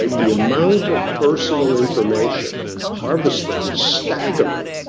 like the amount of personal information harvested is staggering.